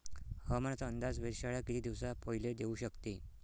हवामानाचा अंदाज वेधशाळा किती दिवसा पयले देऊ शकते?